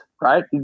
right